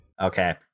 Okay